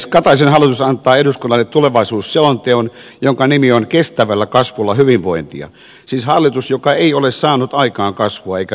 kataisen hallitus antaa eduskunnalle tulevaisuusselonteon jonka nimi on kestävällä kasvulla hyvinvointia siis hallitus joka ei ole saanut aikaan kasvua eikä hyvinvointia